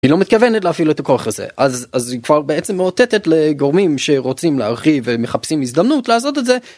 היא לא מתכוונת להפעיל את הכוח הזה אז אז היא כבר בעצם מאותתת לגורמים שרוצים להרחיב ומחפשים הזדמנות לעשות את זה.